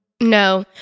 no